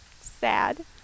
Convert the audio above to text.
Sad